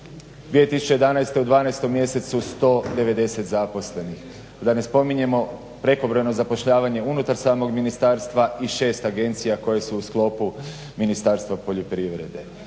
2011. u 12 mjesecu 190 zaposlenih. Da ne spominjemo prekobrojno zapošljavanje unutar samog ministarstva i 6 agencija koje su u sklopu ministarstva poljoprivrede.